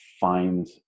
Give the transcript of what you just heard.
find